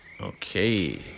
Okay